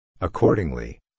Accordingly